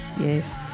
Yes